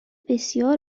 بسیار